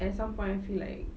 at some point I feel like